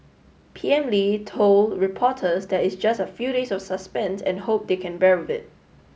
P M Lee told reporters that it's just a few days of suspense and hope they can bear with it